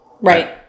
Right